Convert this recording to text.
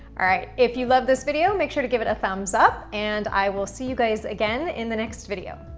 all right, if you love this video, make sure to give it a thumbs up and i will see you guys again in the next video.